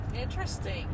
Interesting